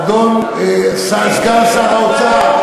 אדון סגן שר האוצר,